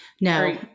No